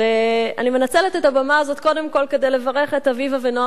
אני מנצלת את הבמה הזאת קודם כול כדי לברך את אביבה ונועם שליט,